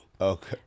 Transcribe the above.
Okay